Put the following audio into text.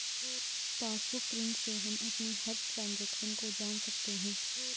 passbook print से हम अपनी हर ट्रांजेक्शन को जान सकते है